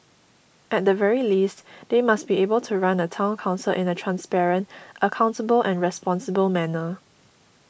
at the very least they must be able to run a Town Council in a transparent accountable and responsible manner